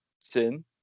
sin